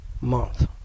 month